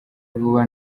vuba